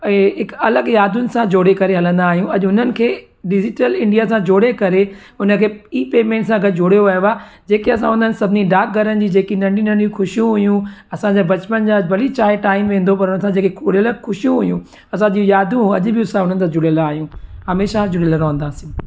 ऐं हिकु अलॻि यादुनि सां जोड़ी करे हलंदा आहियूं अॼु हुननि खे डिजीटल इंडिया सां जोड़े करे उन खे ई पेमेंट सां गॾु जोड़े वियो आहे जेके असां उन्हनि सभिनी डाक घरनि जी जेकी नंढी नंढियूं ख़ुशियूं हुयूं असांजा बचपन जा भली चाहे टाइम वेंदो पर उन्हनि सां जेकी जुड़ियल ख़ुशी हुयूं असांजी यादूं अॼु बि हुननि सां जुड़ियलु आहियूं हमेशा जुड़ियल रहंदासीं